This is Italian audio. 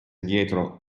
dietro